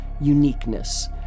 uniqueness